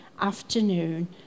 afternoon